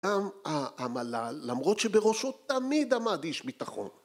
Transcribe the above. גם המל"ל, למרות שבראשו תמיד עמד איש ביטחון.